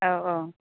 औ औ